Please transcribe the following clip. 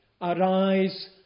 Arise